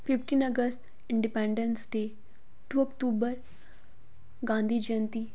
fifteen अगस्त independence day two अक्तूबर गांधी जयंती